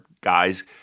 guys